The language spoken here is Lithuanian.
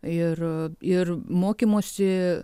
ir ir mokymosi